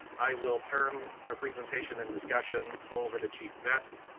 i will turn our presentation and discussion over to chief best.